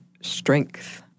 strength